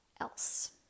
else